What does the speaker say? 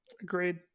Agreed